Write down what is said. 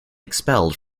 expelled